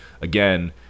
Again